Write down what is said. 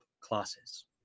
classes